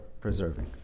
preserving